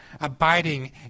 abiding